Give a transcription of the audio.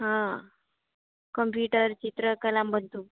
હા કમ્પ્યુટર ચિત્રકલા બધું